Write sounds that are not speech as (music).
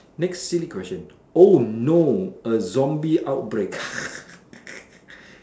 next silly question oh no a zombie outbreak (laughs)